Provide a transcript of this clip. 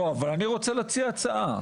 אבל אני רוצה להציע הצעה.